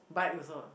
bite also